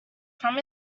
from